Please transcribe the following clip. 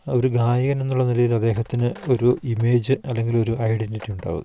ഒരു ഗായകൻ എന്നുള്ള നിലയിൽ അദ്ദേഹത്തിന് ഒരു ഇമേജ് അല്ലെങ്കിൽ ഒരു ഐഡൻ്റിറ്റി ഉണ്ടാവുക